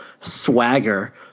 swagger